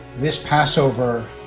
this passover